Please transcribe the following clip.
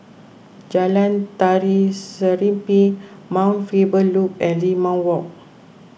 Jalan Tari Serimpi Mount Faber Loop and Limau Walk